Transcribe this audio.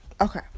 Okay